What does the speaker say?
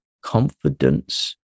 confidence